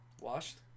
washed